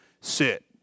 Sit